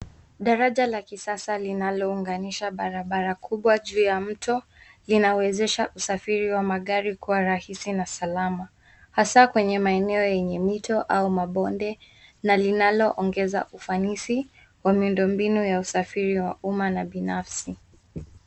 Daraja la kisasa linalounganisha barabara kubwa juu ya mto linawezesha usafiri wa magari kuwa rahisi na salama, hasa kwenye maeneo yenye mito au mabonde na linaongeza ufanisi wa miundombinu ya usafiri wa umma na binafsi.